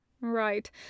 Right